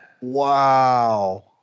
Wow